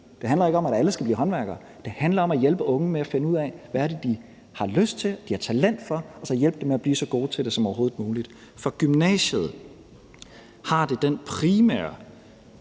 Det handler ikke om, at alle skal blive håndværkere; det handler om at hjælpe unge med at finde ud af, hvad det er, de har lyst til, og hvad de har talent for, og så hjælpe dem med at blive så gode til det som overhovedet muligt. For gymnasiet har det den primære